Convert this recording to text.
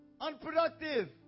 unproductive